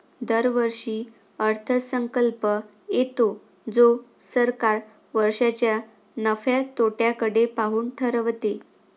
दरवर्षी अर्थसंकल्प येतो जो सरकार वर्षाच्या नफ्या तोट्याकडे पाहून ठरवते